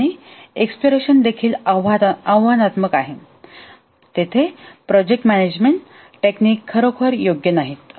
आणि एक्सप्लोरेशन देखील आव्हानात्मक आहे आणि तेथे प्रोजेक्ट मॅनेजमेंट टेक्निक खरोखर योग्य नाहीत